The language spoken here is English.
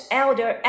elder